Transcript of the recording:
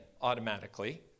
automatically